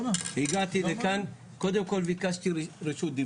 הגעתי לכאן קודם כל ביקשתי רשות דיבור,